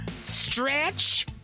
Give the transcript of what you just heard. stretch